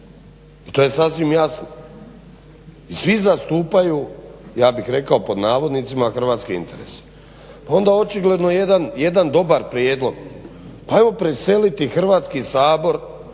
i to je sasvim jasno. I svi zastupaju, ja bih rekao "Hrvatske interese". Pa onda očigledno jedan dobar prijedlog, pa evo preseliti Hrvatski sabor,